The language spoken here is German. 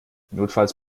notfalls